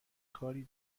کاری